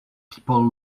people